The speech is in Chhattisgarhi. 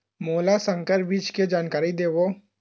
मोला संकर बीज के जानकारी देवो?